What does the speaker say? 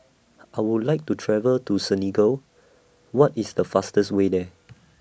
I Would like to travel to Senegal What IS The fastest Way There